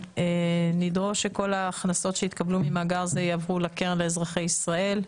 נדרוש שכל ההכנסות שיתקבלו ממאגר זה יעברו לקרן לאזרחי ישראל.